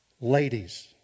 ladies